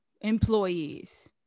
employees